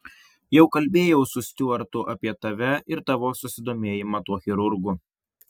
jau kalbėjau su stiuartu apie tave ir tavo susidomėjimą tuo chirurgu